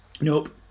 Nope